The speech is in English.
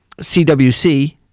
CWC